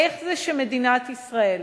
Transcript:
איך זה שמדינת ישראל,